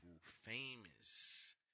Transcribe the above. famous